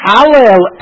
Hallel